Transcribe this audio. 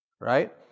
Right